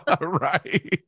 Right